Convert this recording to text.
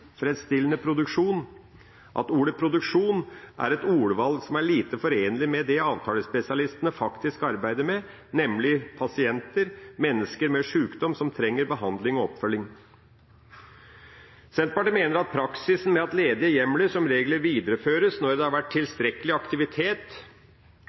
produksjon – er et ordvalg som er lite forenlig med det som avtalespesialistene faktisk arbeider med, nemlig pasienter, mennesker med sjukdom som trenger behandling og oppfølging. Senterpartiet viser til praksisen med at ledige hjemler som regel videreføres når det har vært